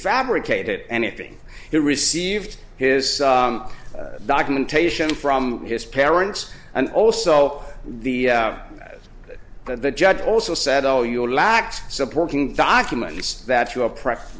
fabricated anything he received his documentation from his parents and also the the judge also said oh your last supporting documents that you oppress